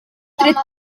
tret